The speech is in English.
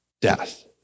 Death